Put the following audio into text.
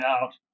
out